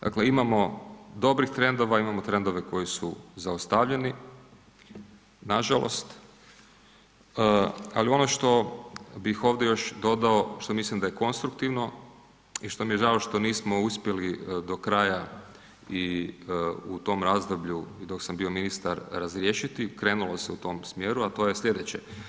Dakle, imamo dobrih trendova, imamo trendova koji su zaustavljeni nažalost, ali ono što bih ovdje još dodao što mislim da je konstruktivno i što mi je žao što nismo uspjeli do kraja i u tom razdoblju dok sam bio ministar razriješiti krenulo se u tom smjeru, a to je slijedeće.